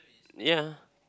ya